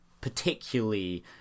particularly